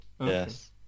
yes